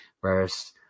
Whereas